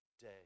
day